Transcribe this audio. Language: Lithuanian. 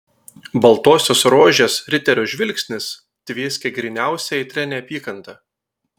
baltosios rožės riterio žvilgsnis tvieskė gryniausia aitria neapykanta